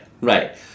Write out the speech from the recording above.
Right